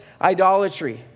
idolatry